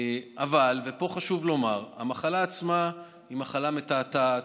אבל, ופה חשוב לומר, המחלה עצמה היא מחלה מתעתעת,